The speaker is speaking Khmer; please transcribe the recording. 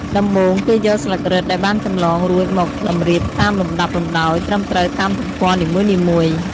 ដំបូង គេយកស្លឹករឹតដែលបានចម្លងរួចមកតម្រៀបតាមលំដាប់លំដោយត្រឹមត្រូវតាមទំព័រនីមួយៗ។